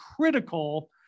critical